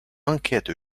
enquête